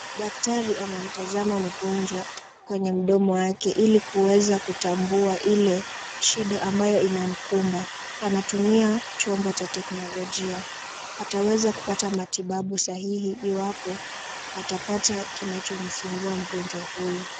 Daktari anamtazama mgonjwa kwenye mdomo wake ili kuweza kumtambua Ile shida ambayo inamkumba. Anatumia chombo cha teknolojia, ataweza kupata matibabu sahihi iwapo atapata kinachomsumbua mgonjwa huyo.